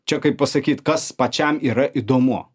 čia kaip pasakyt kas pačiam yra įdomu